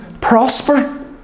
prosper